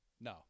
No